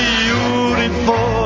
beautiful